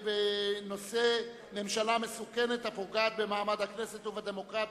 בנושא: ממשלה מסוכנת הפוגעת במעמד הכנסת ובדמוקרטיה.